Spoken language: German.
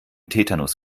tetanus